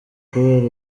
kubera